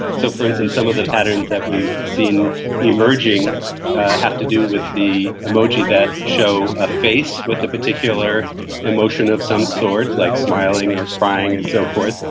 so, for instance, some of the patterns that we've seen emerging have to do with the emoji that show a face with a particular emotion of some sort, like smiling or crying and so forth.